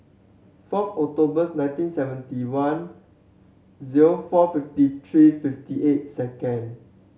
forth Octobers nineteen seventy one zero four fifty three fifty eight second